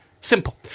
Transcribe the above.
simple